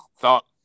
thought –